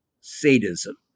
sadism